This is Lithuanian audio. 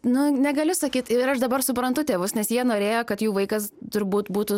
nu negaliu sakyt ir aš dabar suprantu tėvus nes jie norėjo kad jų vaikas turbūt būtų